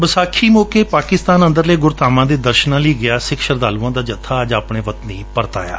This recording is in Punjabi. ਵਿਸਾਖੀ ਮੌਕੇ ਪਾਕਿਸਤਾਨ ਅੰਦਰਲੇ ਗੁਰਧਾਮਾਂ ਦੇ ਦਰਸ਼ਨਾਂ ਲਈ ਗਿਆ ਸਿੱਖ ਸ਼ਰਧਾਂਲੂਆਂ ਦਾ ਜੱਥਾ ਅੱਜ ਆਪਣੇ ਵਤਨ ਪਰਤ ਆਇਆ